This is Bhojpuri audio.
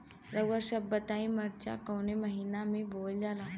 रउआ सभ बताई मरचा कवने महीना में बोवल जाला?